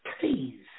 Please